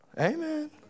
Amen